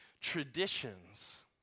traditions